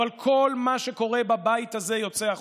אבל כל מה שקורה בבית הזה יוצא החוצה.